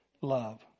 love